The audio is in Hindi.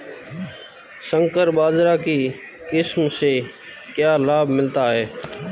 संकर बाजरा की किस्म से क्या लाभ मिलता है?